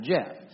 Jeff